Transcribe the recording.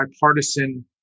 bipartisan